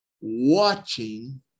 watching